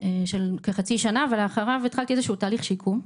של כחצי שנה, ואחריו התחלתי איזשהו תהליך שיקום.